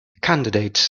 candidates